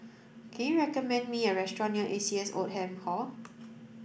can you recommend me a restaurant near A C S Oldham Hall